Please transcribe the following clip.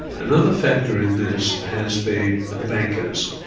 another factor in this has been the bankers.